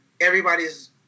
everybody's